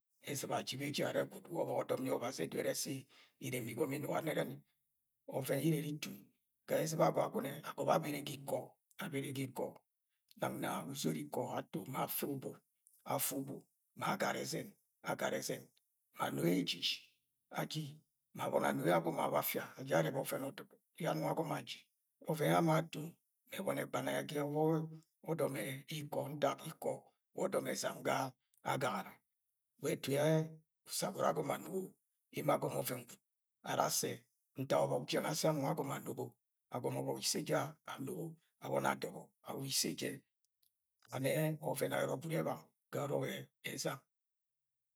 Ẹz̵iba aji beji arẹ gwud wa ọbọk ọdọm yẹ Ọbazi edoro sẹ ireme igom inuga nẹrẹni. Ọvẹn yẹ ire iri itun ga ẹz̵iba Agwagune, agọbẹ abere ga ikọ, abere. Nang na uzot ikọ ato ma afẹ ubu. Afẹ ubu ma agara ẹzẹn. Agara ẹzẹn ma ano yẹ ejiji, aji, ma aboni anoyẹ agọmọ awa afia aja arẹbẹ ọvẹn yẹ anong agọmọ aji. Ọvẹn ama ato mẹ enong egbana yẹ ga ọbọk ọdọm ikọ ntak ikọ wa ọdọm ẹzam ga agagara. Wa ẹtuẹ usagọrọ agọmọ anugo. Emo agọmọ ọvẹn gwud ara assẹ ntak ọbọk jẹng ashi agọmọ anọbọ. Agọmọ ọbọk isẹ ja anobo abọni adọbọ awa ise je. Wa nẹ ọvẹn ayọrọ ebanga ọrọk ezam.